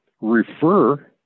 refer